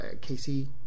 Casey